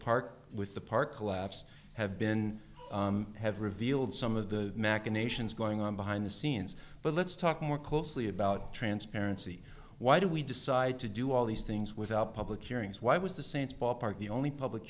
park with the park collapse have been have revealed some of the machinations going on behind the scenes but let's talk more closely about transparency why do we decide to do all these things without public hearings why was the sense ballpark the only public